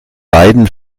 beiden